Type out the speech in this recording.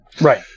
Right